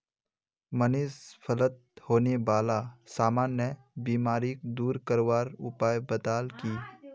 मनीष फलत होने बाला सामान्य बीमारिक दूर करवार उपाय बताल की